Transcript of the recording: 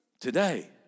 Today